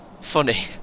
Funny